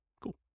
Cool